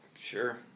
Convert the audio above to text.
Sure